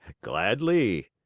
gladly,